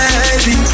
baby